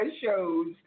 shows